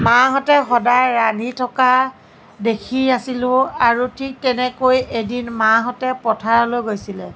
মাহঁতে সদায় ৰান্ধি থকা দেখি আছিলোঁ আৰু ঠিক তেনেকৈ এদিন মাহঁতে পথাৰলৈ গৈছিলে